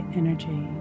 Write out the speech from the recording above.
energy